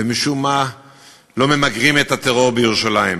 ומשום מה לא ממגרים את הטרור בירושלים.